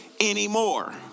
anymore